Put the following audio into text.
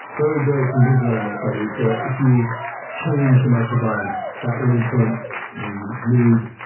very, very convincing animal studies that if you change the microbiome that will influence the mood,